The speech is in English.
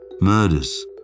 Murders